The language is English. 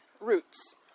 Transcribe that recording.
roots